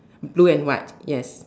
blue and white yes